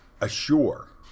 assure